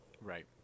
Right